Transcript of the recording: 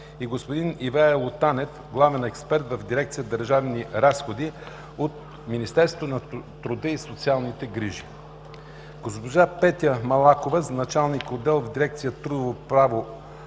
и господин Ивайло Танев – главен експерт в дирекция „Държавни разходи”; от Министерство на труда и социалната политика госпожа Петя Малакова – началник-отдел в дирекция „Трудово право,